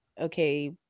Okay